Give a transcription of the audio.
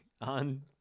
On